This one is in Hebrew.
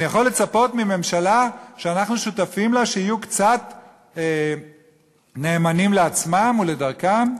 אני יכול לצפות מממשלה שאנחנו שותפים לה שיהיו קצת נאמנים לעצמם ולדרכם.